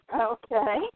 Okay